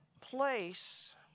place